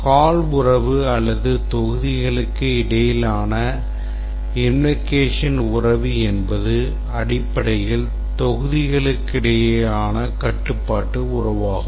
Call உறவு அல்லது தொகுதிகளுக்கு இடையிலான invocation உறவு என்பது அடிப்படையில் தொகுதிகளுக்கிடையேயான கட்டுப்பாட்டு உறவாகும்